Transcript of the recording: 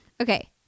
Okay